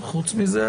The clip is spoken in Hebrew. חוץ מזה,